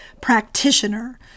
Practitioner